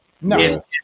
No